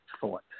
thought